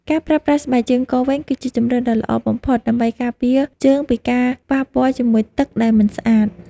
ការប្រើប្រាស់ស្បែកជើងកវែងគឺជាជម្រើសដ៏ល្អបំផុតដើម្បីការពារជើងពីការប៉ះពាល់ជាមួយទឹកដែលមិនស្អាត។